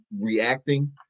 reacting